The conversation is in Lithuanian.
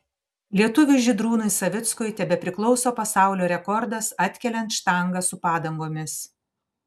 lietuviui žydrūnui savickui tebepriklauso pasaulio rekordas atkeliant štangą su padangomis